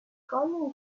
colle